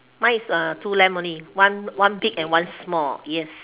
mine is two lamb only one one big and one small yes